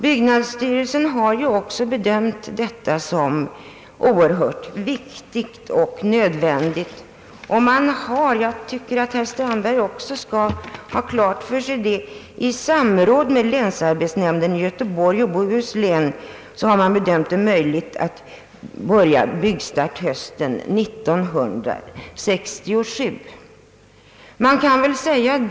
Byggnadsstyrelsen har också bedömt detta vara viktigt och nödvändigt och man har — och jag tycker att herr Strandberg också skall ha klart för sig detta — i samråd med länsarbetsnämnden i Göteborgs och Bohus län ansett det vara möjligt att börja bygga hösten 1967.